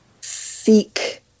seek